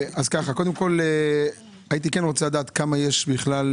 קודם כול הייתי רוצה לדעת כמה מעוקלים יש כרגע,